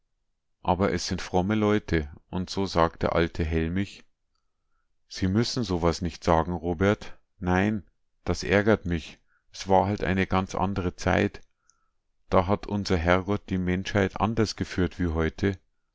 aber es sind fromme leute und so sagt der alte hellmich sie müssen sowas nicht sagen robert nein das ärgert mich s war halt eine ganz andere zeit da hat unser herrgott die menschheit anders geführt wie heute